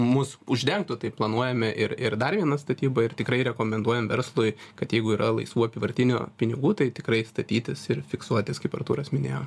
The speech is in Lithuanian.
mus uždengtų tai planuojame ir ir dar vieną statybą ir tikrai rekomenduojam verslui kad jeigu yra laisvų apyvartinių pinigų tai tikrai statytis ir fiksuotis kaip artūras minėjo